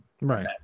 Right